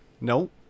Nope